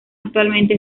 actualmente